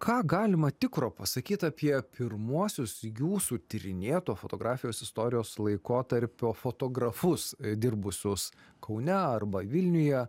ką galima tikro pasakyt apie pirmuosius jūsų tyrinėto fotografijos istorijos laikotarpio fotografus dirbusios kaune arba vilniuje